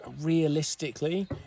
realistically